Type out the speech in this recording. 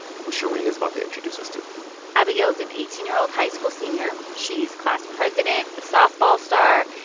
who shereen is about to introduce us to abigail's an eighteen year old high school senior. she's class president, a softball star,